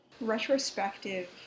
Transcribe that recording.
retrospective